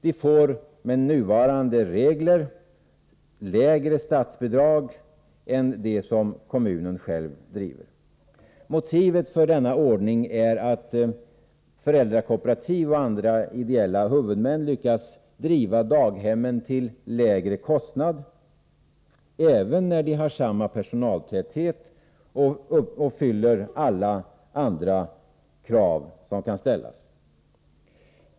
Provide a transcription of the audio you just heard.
De får med nuvarande regler lägre statsbidrag än de som kommunen själv driver. Motivet för denna ordning är att föräldrakooperativ och andra ideella huvudmän lyckas driva daghemmen till lägre kostnad, även när de har samma personaltäthet och uppfyller alla andra krav som kan ställas.